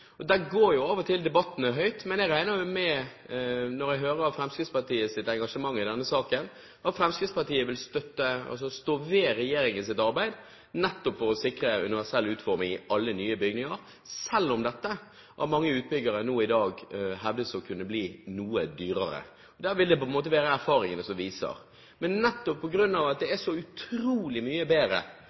og til debattene høyt, men jeg regner med, når jeg hører Fremskrittspartiets engasjement i denne saken, at Fremskrittspartiet vil stå ved regjeringens arbeid nettopp for å sikre universell utforming i alle nye bygninger, selv om dette av mange utbyggere nå i dag hevdes å kunne bli noe dyrere. Det vil det være erfaringene som viser. Det er så utrolig mye bedre